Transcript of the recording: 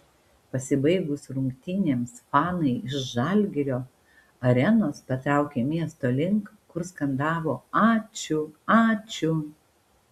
pasibaigus rungtynėms fanai iš žalgirio arenos patraukė miesto link kur skandavo ačiū ačiū